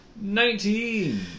Nineteen